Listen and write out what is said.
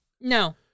No